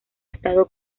estado